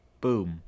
Boom